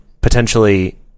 potentially